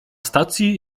stacji